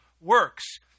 works